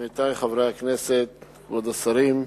עמיתי חברי הכנסת, כבוד השרים,